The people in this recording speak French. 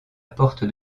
porte